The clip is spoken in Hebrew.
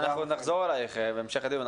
אנחנו נחזור אליך בהמשך הדיון.